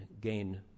gain